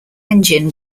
engine